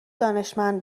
دانشمند